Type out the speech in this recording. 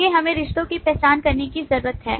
आगे हमें रिश्तों की पहचान करने की जरूरत है